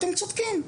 אתם צודקים,